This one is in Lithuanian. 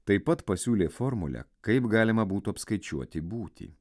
taip pat pasiūlė formulę kaip galima būtų apskaičiuoti būtį